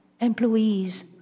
employees